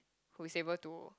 who is able to